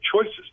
choices